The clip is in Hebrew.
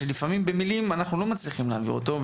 שלפעמים במילים אנחנו לא מצליחים להעביר אותו,